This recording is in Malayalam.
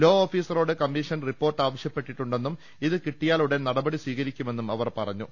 ലോ ഓഫീസറോട് കമ്മീഷൻ റിപ്പോർട്ട് ആവശ്യപ്പെട്ടിട്ടുണ്ടെന്നും ഇതു കിട്ടിയാൽ ഉടൻ നടപടി സ്വീകരിക്കുമെന്നും അവർ പറഞ്ഞു